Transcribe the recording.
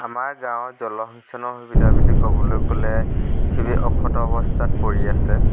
আমাৰ গাঁৱত জলসিঞ্চনৰ সুবিধা বুলি ক'বলৈ গ'লে অক্ষত অৱস্থাত পৰি আছে